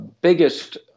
biggest